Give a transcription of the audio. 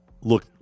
Look